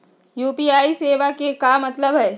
UPI सेवा के का मतलब है?